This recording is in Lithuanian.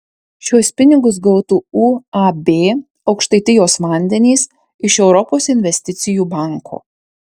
šiuos pinigus gautų uab aukštaitijos vandenys iš europos investicijų banko